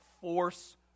force